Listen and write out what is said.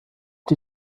die